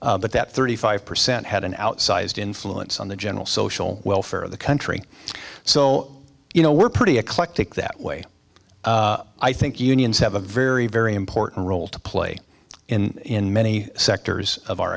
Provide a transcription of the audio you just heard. but that thirty five percent had an outsized influence on the general social welfare of the country so you know we're pretty eclectic that way i think unions have a very very important role to play in many sectors of our